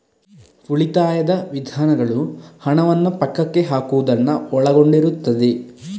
ಉಳಿತಾಯದ ವಿಧಾನಗಳು ಹಣವನ್ನು ಪಕ್ಕಕ್ಕೆ ಹಾಕುವುದನ್ನು ಒಳಗೊಂಡಿರುತ್ತದೆ